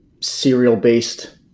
serial-based